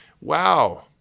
Wow